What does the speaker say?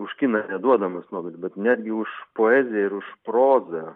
už kiną neduodamas nobelis bet netgi už poeziją ir už prozą